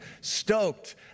Stoked